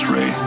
Ray